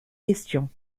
question